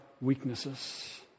weaknesses